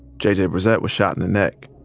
j j. brissette was shot in the neck,